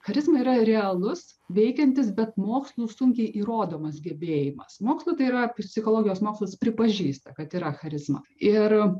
charizma yra realus veikiantis bet mokslu sunkiai įrodomas gebėjimas mokslui tai yra psichologijos mokslas pripažįsta kad yra charizma ir